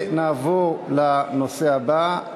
נעבור להצעה הבאה,